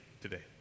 today